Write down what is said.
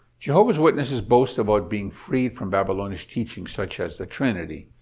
jehovah's witnesses boast about being freed from babylonish teachings such as the trinity,